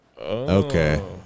Okay